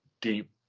deep